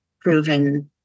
proven